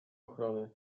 ochrony